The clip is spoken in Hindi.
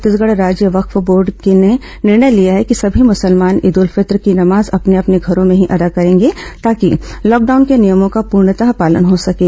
छत्तीसगढ़ राज्य वक्फ बोर्ड ने निर्णय लिया गया है कि सभी मुसलमान ईद उल फितर की नमाज अपने अपने घरों में ही अदा करेंगे ताकि लॉकडाउन के नियमों का पूर्णतः पालन हो सकें